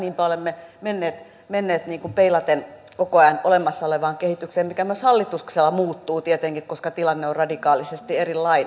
niinpä olemme menneet peilaten koko ajan olemassa olevaan kehitykseen mikä myös hallituksella muuttuu tietenkin koska tilanne on radikaalisti erilainen